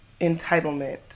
entitlement